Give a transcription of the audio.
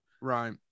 Right